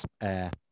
air